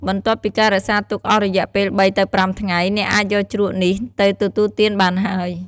បន្ទាប់ពីការរក្សាទុកអស់រយៈពេល ៣-៥ ថ្ងៃ អ្នកអាចយកជ្រក់នេះទៅទទួលទានបានហើយ។